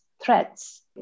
threats